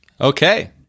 Okay